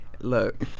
Look